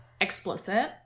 explicit